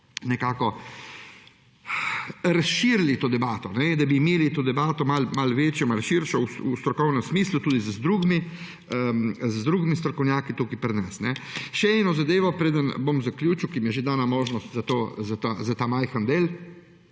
nekako razširili to debato, da bi imeli to debato malo večjo, malo širšo v strokovnem smislu, tudi z drugimi strokovnjaki tukaj pri nas. Še ena zadeva preden bom zaključil, ker mi je že dana možnost za ta majhen del.